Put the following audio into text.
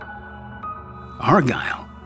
Argyle